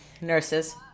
Nurses